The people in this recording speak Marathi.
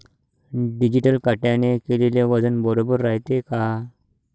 डिजिटल काट्याने केलेल वजन बरोबर रायते का?